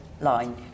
line